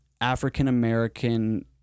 African-American